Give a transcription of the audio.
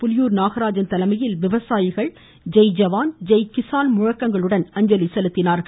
புலியூர் நாகராஜன் தலைமையில் விவசாயிகள் ஜெய் ஜவான் ஜெய் கிசான் முழுக்கங்களுடன் அஞ்சலி செலுத்தினார்கள்